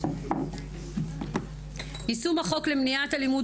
אנחנו פותחים את הדיון בנושא יישום החוק למניעת אלימות